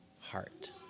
heart